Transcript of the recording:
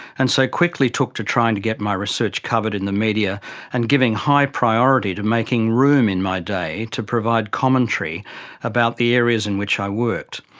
and so quickly took to trying to get my research covered in the media and giving high priority to making room in my day to provide commentary about the areas in which i worked.